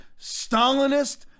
Stalinist